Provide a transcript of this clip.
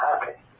happy